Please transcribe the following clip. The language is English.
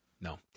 No